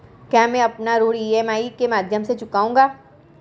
क्या मैं अपना ऋण ई.एम.आई के माध्यम से चुकाऊंगा?